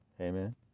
Amen